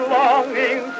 longing